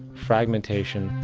fragmentation,